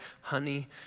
honey